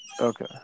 Okay